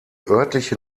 örtliche